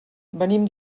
venim